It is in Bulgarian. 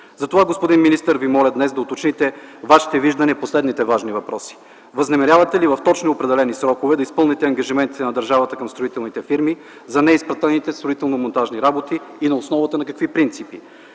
Затова, господин министър, Ви моля днес да уточните Вашите виждания по следните важни въпроси. Възнамерявате ли в точно определени срокове да изпълните ангажиментите на държавата към строителните фирми за неизплатените строително-монтажни работи и на основата на какви принципи?